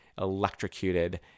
electrocuted